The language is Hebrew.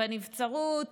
בנבצרות,